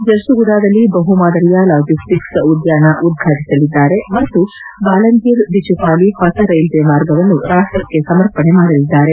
ಜರ್ಗುಗುಡಾದಲ್ಲಿ ಬಹು ಮಾದರಿಯ ಲಾಜಿಸ್ಟಿಕ್ಸ್ ಉದ್ದಾನ ಉದ್ವಾಟಸಲಿದ್ದಾರೆ ಮತ್ತು ಬಾಲಂಗೀರ್ ಬಿಚುಪಾಲಿ ಹೊಸ ರೈಲ್ವೆ ಮಾರ್ಗವನ್ನು ರಾಷ್ಟಕ್ಕೆ ಸಮರ್ಪಣೆ ಮಾಡಲಿದ್ದಾರೆ